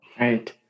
right